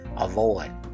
avoid